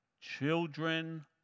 children